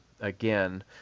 again